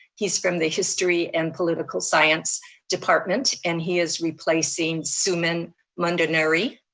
he's from the history and political science department. and he is replacing suman londonerry.